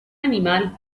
animal